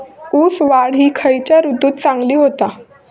ऊस वाढ ही खयच्या ऋतूत चांगली होता?